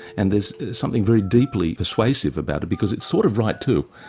and there's something very deeply persuasive about it because it's sort of right, too.